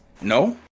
No